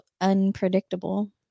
unpredictable